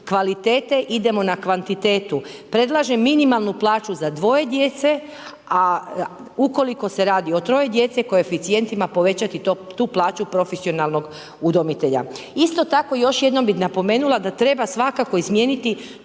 kvalitete, idemo na kvantitetu. Predlažem minimalnu plaću za 2 djece, a ukoliko se radi o 3 djece, koeficijentima, povećati tu plaću profesionalnog udomitelja. Isto tako, još jednom bi napomenula, da treba svakako izmijeniti